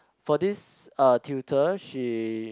for this uh tutor she